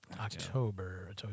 October